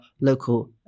local